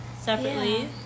separately